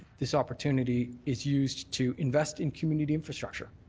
this opportunity is used to invest in community infrastructure.